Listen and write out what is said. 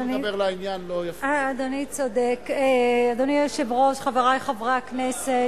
אדוני היושב-ראש, חברי חברי הכנסת,